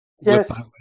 Yes